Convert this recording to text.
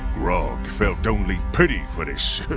grog felt only pity for this